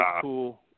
cool